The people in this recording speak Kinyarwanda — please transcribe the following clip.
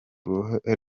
ruhe